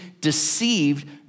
deceived